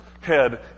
head